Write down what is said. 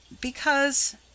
Because